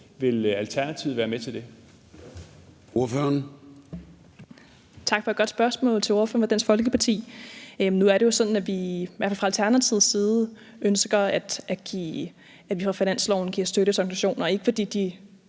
Vil Alternativet være med til det?